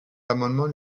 l’amendement